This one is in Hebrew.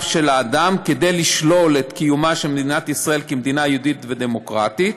של האדם כדי לשלול את קיומה של מדינת ישראל כמדינה יהודית ודמוקרטית,